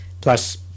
Plus